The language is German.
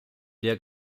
der